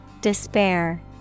Despair